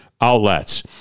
outlets